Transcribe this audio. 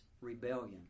rebellion